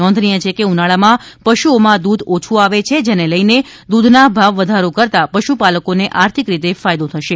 નોધનીય છે કે ઉનાળામાં પશુઓમાં દુધ ઓછુ આવે છે જેને લઈને દુધના ભાવવમાં વધારો કરતા પશુપાલકોને આર્થિક રીતે ફાયદો થશે